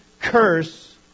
curse